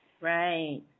Right